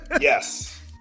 Yes